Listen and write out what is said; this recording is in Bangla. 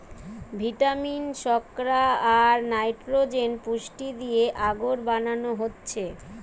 ভিটামিন, শর্করা, আর নাইট্রোজেন পুষ্টি দিয়ে আগর বানানো হচ্ছে